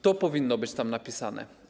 To powinno być tam napisane.